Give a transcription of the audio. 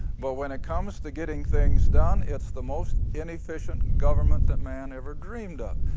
but when it comes to getting things done, its the most inefficient government that man ever dreamed of.